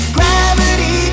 Gravity